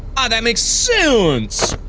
ah that makes seuunse!